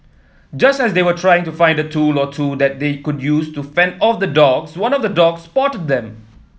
just as they were trying to find a tool or two that they could use to fend off the dogs one of the dogs spotted them